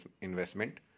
investment